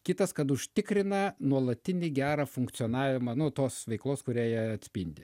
kitas kad užtikrina nuolatinį gerą funkcionavimą nu tos veiklos kurią jie atspindi